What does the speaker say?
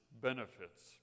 benefits